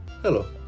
Hello